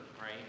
right